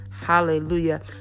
Hallelujah